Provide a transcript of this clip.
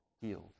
healed